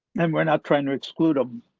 and we're not trying to exclude um